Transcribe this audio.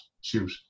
shoot